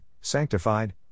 sanctified